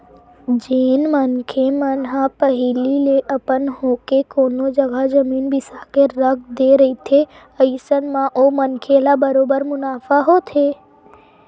जेन मनखे मन ह पहिली ले अपन होके कोनो जघा जमीन बिसा के रख दे रहिथे अइसन म ओ मनखे ल बरोबर मुनाफा होथे